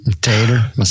Tater